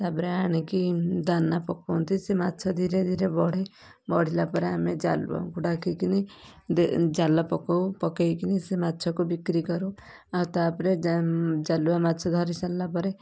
ତାପରେ ଆଣିକି ଦାନା ପକନ୍ତି ସେ ମାଛ ଧିରେ ଧିରେ ବଢ଼େ ବଢ଼ିଲା ପରେ ଆମେ ଜାଲୁଆଙ୍କୁ ଡାକିକିନି ଦେ ଜାଲ ପକଉ ପକେଇକିନି ସେ ମାଛକୁ ବିକ୍ରି କରୁ ଆଉ ତାପରେ ଜା ଜାଲୁଆ ମାଛ ଧରି ସାରିଲା ପରେ